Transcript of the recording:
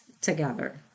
together